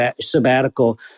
sabbatical